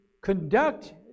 conduct